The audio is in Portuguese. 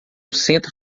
centro